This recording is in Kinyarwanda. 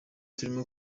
turimo